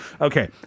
okay